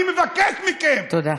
אני מבקש מכם, תודה.